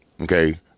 okay